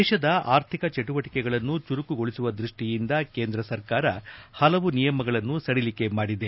ದೇಶದ ಅರ್ಥಿಕ ಚಟುವಟಿಕೆಗಳನ್ನು ಚುರುಕುಗೊಳಿಸುವ ದೃಷ್ಠಿಯಿಂದ ಕೇಂದ್ರ ಸರ್ಕಾರ ಹಲವು ನಿಯಮಗಳನ್ನು ಸಡಿಲಿಕೆ ಮಾಡಿದೆ